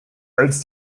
als